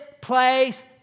place